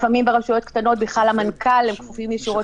לפעמים ברשויות קטנות הם כפופים ישירות